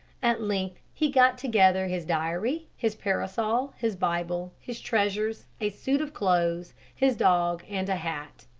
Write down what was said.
at length he got together his diary, his parasol, his bible, his treasures, a suit of clothes, his dog, and a hat.